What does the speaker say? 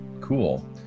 Cool